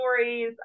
stories